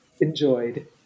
enjoyed